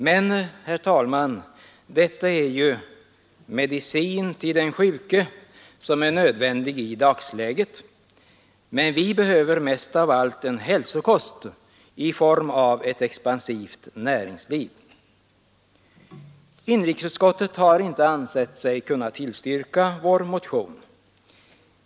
Men, herr talman, detta är medicin till den sjuke som är nödvändig i dagsläget. Vad vi behöver är också en hälsokost i form av ett expansivt näringsliv. Inrikesutskottet har inte ansett sig kunna tillstyrka vår motion.